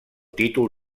títol